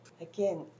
Again